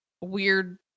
weird